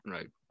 Right